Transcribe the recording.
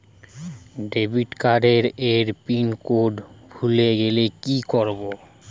Debit card এর PIN code ভুলে গেলে কি করব?